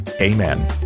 Amen